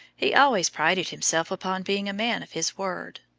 he always prided himself upon being a man of his word,